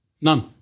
None